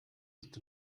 ist